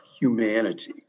humanity